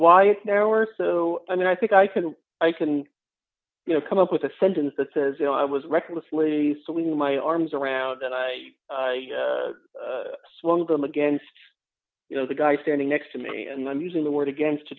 it's now or so and then i think i can i can you know come up with a sentence that says you know i was recklessly salena my arms around that i swung them against you know the guy standing next to me and i'm using the word against to